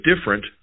different